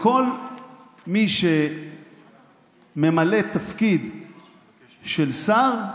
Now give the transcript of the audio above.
לכל מי שממלא תפקיד של שר,